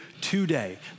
today